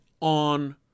on